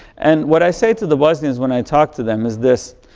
and what i say to the bosnia's when i talk to them is this,